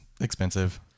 expensive